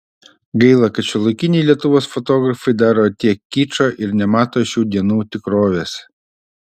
gaila kad šiuolaikiniai lietuvos fotografai daro tiek kičo ir nemato šių dienų tikrovės